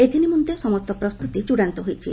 ଏଥିନିମନ୍ତେ ସମସ୍ତ ପ୍ରସ୍ତୁତି ଚ୍ଚଡ଼ାନ୍ତ ହୋଇଛି